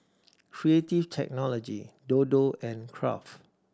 Creative Technology Dodo and Kraft